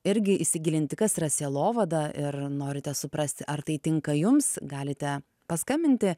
irgi įsigilinti kas yra sielovada ir norite suprasti ar tai tinka jums galite paskambinti